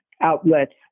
outlets